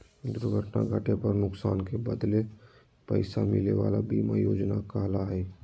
दुर्घटना घटे पर नुकसान के बदले पैसा मिले वला बीमा योजना कहला हइ